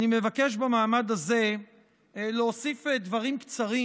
אני מבקש במעמד הזה להוסיף דברים קצרים